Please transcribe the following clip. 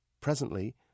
Presently